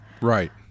Right